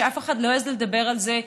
כשאף אחד לא העז לדבר על זה,